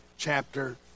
Chapter